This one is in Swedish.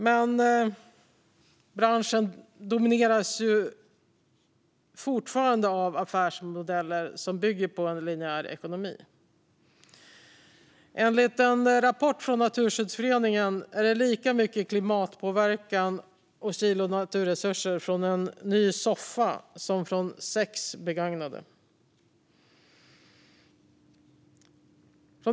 Men branschen domineras fortfarande av affärsmodeller som bygger på en linjär ekonomi. Enligt en rapport från Naturskyddsföreningen är det lika mycket klimatpåverkan och kilo naturresurser från en ny soffa som från sex begagnade.